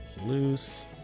loose